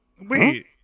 Wait